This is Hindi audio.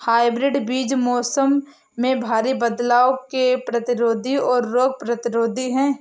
हाइब्रिड बीज मौसम में भारी बदलाव के प्रतिरोधी और रोग प्रतिरोधी हैं